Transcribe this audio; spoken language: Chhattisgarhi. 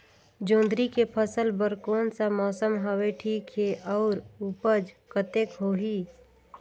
जोंदरी के फसल बर कोन सा मौसम हवे ठीक हे अउर ऊपज कतेक होही?